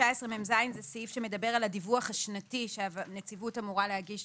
19מז הוא סעיף שמדבר על הדיווח השנתי שהנציבות אמורה להגיש